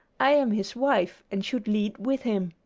i am his wife, and should lead with him.